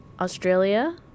Australia